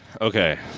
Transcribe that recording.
Okay